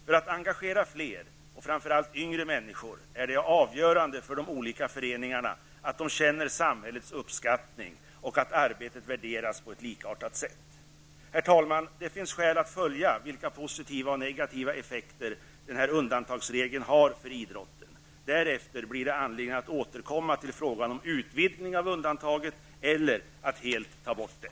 För att engagera fler och framför allt yngre människor är det avgörande för de olika föreningarna att de känner samhällets uppskattning och att arbetet värderas på ett likartat sätt. Herr talman! Det finns skäl att följa vilka positiva och negativa effekter undantags regeln har för idrotten. Därefter blir det anledning att återkomma till frågan om utvidgning av undantaget eller att helt ta bort det.